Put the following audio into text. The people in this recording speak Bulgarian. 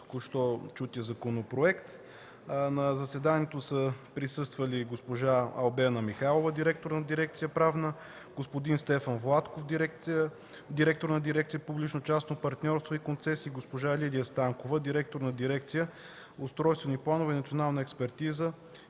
току-що цитирания законопроект. На заседанието са присъствали: госпожа Албена Михайлова – директор на дирекция „Правна”, господин Стефан Владков – директор на дирекция „Публично-частно партньорство и концесии” и госпожа Лидия Станкова – директор на дирекция „Устройствени планове и национална експертиза,